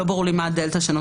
ולכן לא ברור לי מה 24 מוסיף.